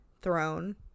throne